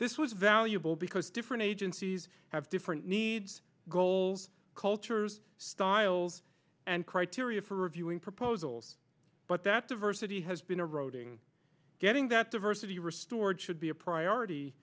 this was valuable because different agencies have different needs goals cultures styles and criteria for reviewing proposals but that diversity has been eroding getting that diversity restored should be a priority